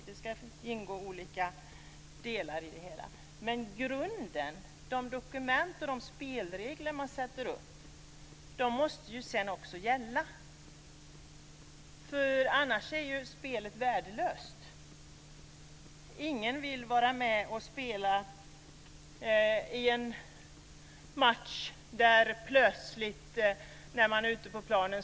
Det ska ingå olika delar i det hela. Men grunden, de dokument och de spelregler man sätter upp måste ju sedan också gälla. Annars är ju spelet värdelöst. Ingen vill vara med och spela i en match där alla regler plötsligt ändras när man är ute på planen.